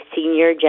Senior